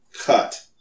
cut